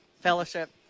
Fellowship